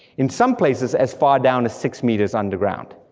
in some places, as far down as six meters underground.